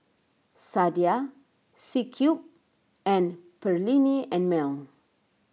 Sadia C Cube and Perllini and Mel